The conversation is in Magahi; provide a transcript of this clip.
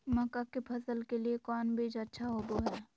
मक्का के फसल के लिए कौन बीज अच्छा होबो हाय?